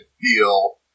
feel